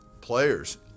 players